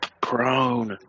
prone